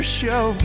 show